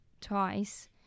twice